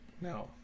No